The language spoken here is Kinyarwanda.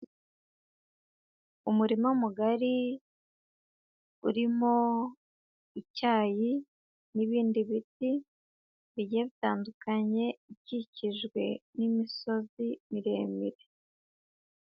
Umurima mugari urimo icyayi n'ibindi biti bigiye bitandukanye, ikikijwe n'imisozi miremire.